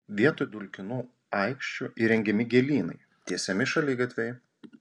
vietoj dulkinų aikščių įrengiami gėlynai tiesiami šaligatviai